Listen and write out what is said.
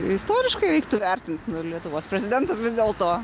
istoriškai reiktų vertint nu lietuvos prezidentas vis dėlto